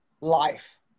life